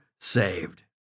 saved